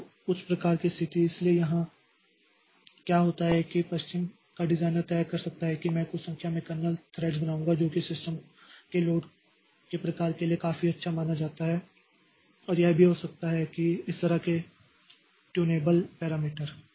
तो उस प्रकार की स्थिति इसलिए यहां क्या होता है कि पश्चिम का डिजाइनर तय कर सकता है कि मैं कुछ संख्या में कर्नेल थ्रेड्स बनाऊंगा जो कि सिस्टम के लोड के प्रकार के लिए काफी अच्छा माना जाता है और यह हो भी सकता है इस तरह से एक ट्यूनेबल पैरामीटर